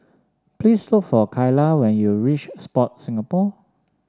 please look for Kyla when you reach Sport Singapore